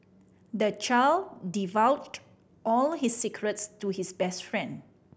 the child divulged all his secrets to his best friend